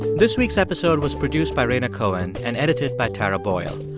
this week's episode was produced by rhaina cohen and edited by tara boyle.